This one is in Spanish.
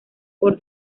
por